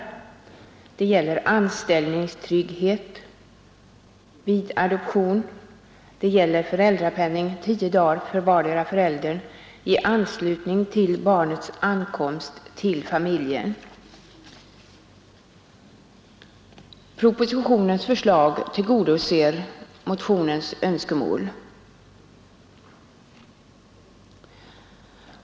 Motionen gäller anställningstrygghet vid adoption och föräldrapenning under tio dagar för vardera föräldern i anslutning till barnets ankomst till familjen. Propositionens förslag tillgodoser motionens önskemål.